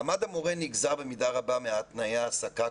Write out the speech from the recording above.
מעמד המורה נגזר במידה רבה מתנאי ההעסקה,